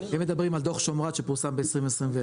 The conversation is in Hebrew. אם מדברים על דוח שמרת שפורסם ב-2021,